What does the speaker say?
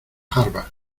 harvard